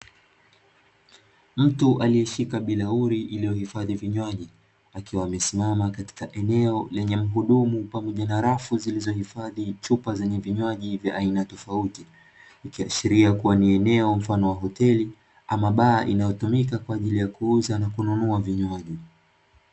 Mtu aliyeshika bilauli iliyohifadhi kinywaji akiwa amesimama katika eneo lenye mhudumu pamoja na rafu zilizohifadhi chupa zenye vinywaji vya aina tofauti, ikiashilia kuwa ni eneo mfano wa hoteli ama baa inayotumika kwa ajili ya kuuza na kununua vinywaji.